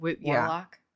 Warlock